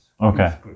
Okay